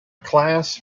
class